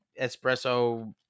Espresso